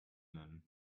nennen